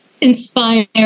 inspire